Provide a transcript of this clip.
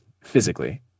physically